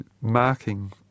marking